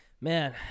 Man